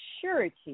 surety